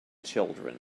children